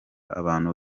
abantu